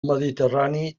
mediterrani